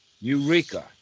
Eureka